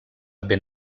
ben